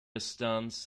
stunts